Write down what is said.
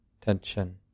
tension